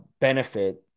benefit